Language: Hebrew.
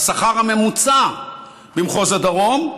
השכר הממוצע במחוז הדרום הוא